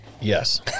Yes